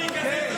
כן, כן.